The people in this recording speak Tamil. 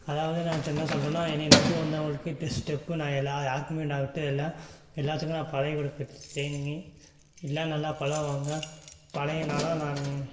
அதாவது நான் என்ன சொல்கிறேன்னா என்னை நம்பி வந்தவர்களுக்கு ஏற்ற ஸ்டெப்பு நான் எல்லார் யாருக்குமே நான் வந்துட்டு எல்லாம் எல்லாத்துக்கும் நான் பழகிக் கொடுத்துட்டுருக்கேன் ட்ரைனிங்கு எல்லாம் நல்லா பழகுவாங்க பழகினாலும் நான்